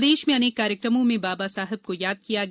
प्रदेश में अनेक कार्यक्रमों में बाबा साहब को याद किया गया